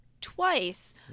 twice